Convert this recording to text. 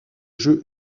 jeu